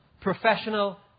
professional